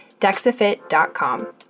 DEXAFit.com